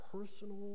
personal